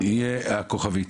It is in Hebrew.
יהיה לגבי הכוכבית.